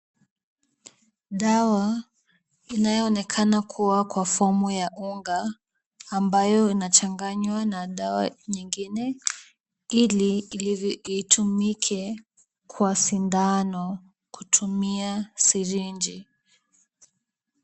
Dawa inayoonekana kuwa kwa fomu ya unga ambayo inachanganywa na dawa nyingine ili itumike kwa sindano kutumia sirinji.